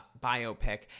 biopic